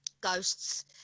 ghosts